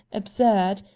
absurd.